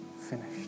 finished